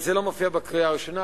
זה לא מופיע בקריאה הראשונה,